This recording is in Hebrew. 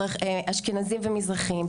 אשכנזים ומזרחיים,